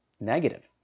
negative